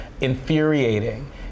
infuriating